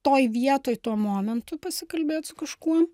toj vietoj tuo momentu pasikalbėt su kažkuo